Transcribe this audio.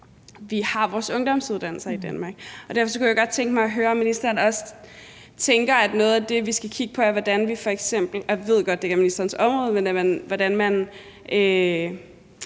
på vores ungdomsuddannelser i Danmark. Derfor kunne jeg godt tænke mig at høre, om ministeren også tænker, at noget af det, vi skal kigge på, er – og jeg ved godt, at det ikke er ministerens område – hvordan man